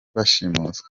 bashimuswe